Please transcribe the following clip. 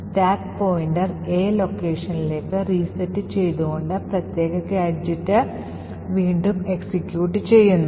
stack pointer A ലൊക്കേഷനിലേക്ക് reset ചെയ്തു കൊണ്ട് പ്രത്യേക ഗാഡ്ജെറ്റ് വീണ്ടും എക്സിക്യൂട്ട് ചെയ്യുന്നു